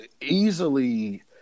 easily